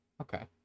okay